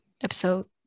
episode